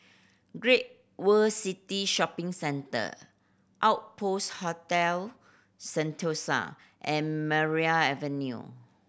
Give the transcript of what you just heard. Great World City Shopping Centre Outpost Hotel Sentosa and Maria Avenue